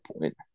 point